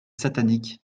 satanique